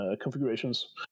configurations